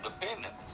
independence